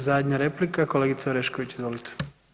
I zadnja replika kolegica Orešković, izvolite.